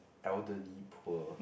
elderly poor